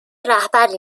رهبری